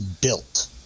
built